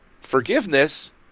Forgiveness